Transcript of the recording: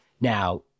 Now